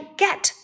get